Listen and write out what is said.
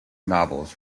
novels